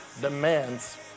demands